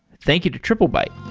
thank you to triplebyte